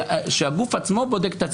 שהגוף עצמו בודק את עצמו.